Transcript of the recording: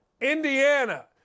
Indiana